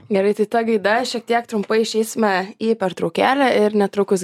gerai tai ta gaida šiek tiek trumpai išeisime į pertraukėlę ir netrukus